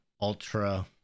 ultra